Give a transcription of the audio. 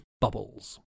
bubbles